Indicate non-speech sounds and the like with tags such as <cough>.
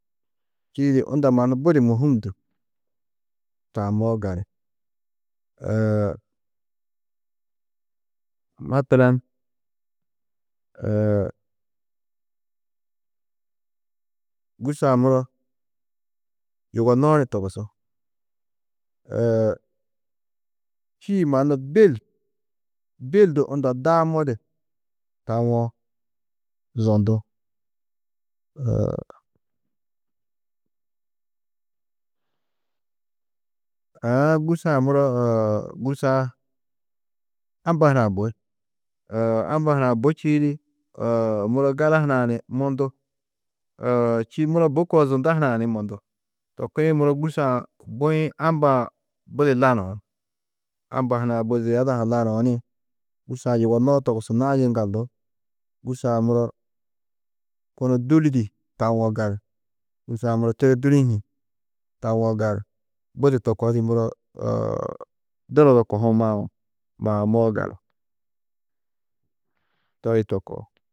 Čîidi unda mannu budi môhum du tammoó gali, <hesitation> matalan <hesitation> gûrso-ã muro yugonnoó ni togusú, <hesitation> čîĩ mannu bil, bil du unda daamodi tawo, zondu. <hesitation> aâ gûrso-ã muro <hesitation> gûrso-ã amba hunã bui, <hesitation> amba hunã bui čîidi <hesitation> muro gala hunã ni mundu, <hesitation> čîidi muro bui koo ni zunda hunã ni mundu, to kuĩ muro gûrso-ã bui-ĩ amba-ã budi lanuú, amba hunã bu ziyada-ã lanuú ni gûrso-ã yugonnoó togusunnãá yiŋgaldu gûrso-ã muro kunu dûli di tawo fgali. Gûrso-ã muro tiri dûli-ĩ hi tawo gali, budi to koo di muro <hesitation> dunodo kohuũ maũ, maamoó gali, toi to koo.